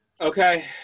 Okay